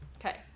Okay